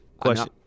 Question